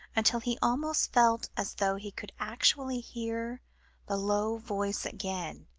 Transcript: until he almost felt as though he could actually hear the low voice again,